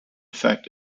fact